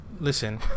Listen